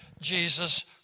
jesus